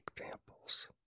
examples